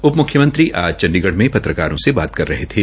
उप मुख्यमंत्री आज चंडीगढ़ में पत्रकारों से बातचीत कर रहे थे